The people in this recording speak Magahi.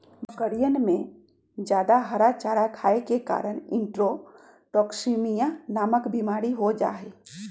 बकरियन में जादा हरा चारा खाये के कारण इंट्रोटॉक्सिमिया नामक बिमारी हो जाहई